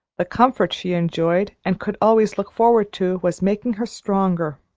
the comfort she enjoyed and could always look forward to was making her stronger.